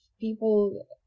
people